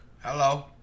Hello